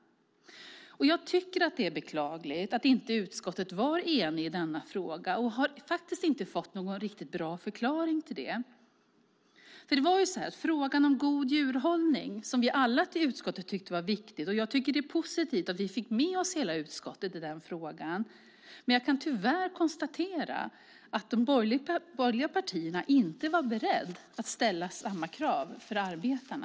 Det är beklagligt att utskottet inte var enigt i denna fråga, och jag har inte fått någon riktigt bra förklaring till det. Det är positivt att vi fick med oss hela utskottet i frågan om god djurhållning, som vi alla i utskottet tyckte var viktigt. Men jag kan tyvärr konstatera att de borgerliga partierna inte var beredda att ställa samma krav för arbetarna.